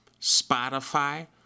Spotify